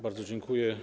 Bardzo dziękuję.